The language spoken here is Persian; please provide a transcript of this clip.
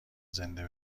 زنده